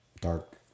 dark